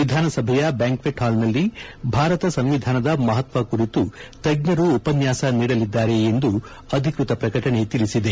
ವಿಧಾನಸಭೆಯ ಬ್ಯಾಂಕ್ವೆಚ್ ಹಾಲ್ನಲ್ಲಿ ಭಾರತ ಸಂವಿಧಾನದ ಮಹತ್ವ ಕುರಿತು ತಜ್ಞರು ಉಪನ್ಯಾಸ ನೀಡಲಿದ್ದಾರೆ ಎಂದು ಅಧಿಕೃತ ಪ್ರಕಟಣೆ ತಿಳಿಸಿದೆ